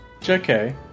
JK